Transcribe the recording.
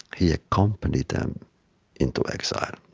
he accompanied them into exile.